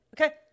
Okay